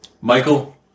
Michael